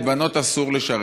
לבנות אסור לשרת.